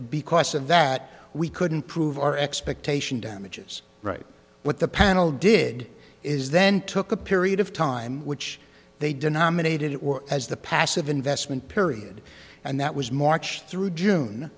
because of that we couldn't prove our expectation damages right what the panel did is then took a period of time which they denominated it as the passive investment period and that was march through june